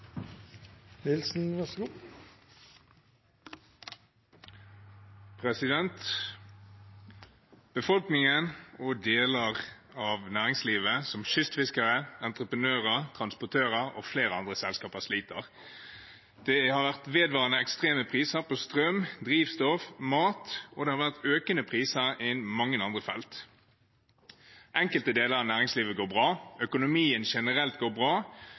og deler av næringslivet, som kystfiskere, entreprenører, transportører og flere andre selskaper, sliter. Det har vært vedvarende ekstreme priser på strøm, drivstoff, mat, og det har vært økende priser på mange andre felt. Enkelte deler av næringslivet går bra. Økonomien generelt går bra,